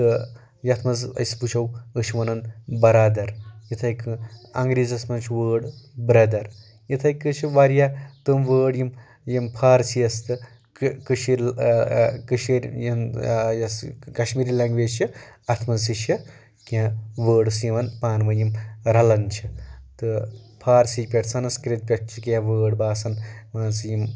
تہٕ یَتھ منٛز أسۍ وٕچھو أسۍ چھِ وَنان برادر یِتھَے کٔنۍ انگریٖزِیَس منٛز چھُ وٲڑ برٛدَر یِتھَے کٔنۍ چھِ واریاہ تِم وٲڑ یِم یِم فارسی یَس تہٕ کٔشیٖر کٔشیٖر یِم یۄس کشمیٖری لٛنگویج چھِ اَتھ منٛز تہِ چھِ کینٛہہ وٲڑٕز یِوان پانہٕ ؤنۍ یِم رَلان چھِ تہٕ فارسی پٮ۪ٹھ سنسکرٛت پٮ۪ٹھ چھِ کینٛہہ وٲڑ باسان مان ژٕ یِم